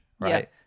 right